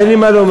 אין לי מה לומר.